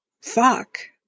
fuck